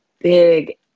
big